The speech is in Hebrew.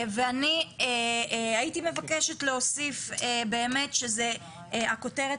ואני הייתי מבקשת להוסיף באמת שזה הכותרת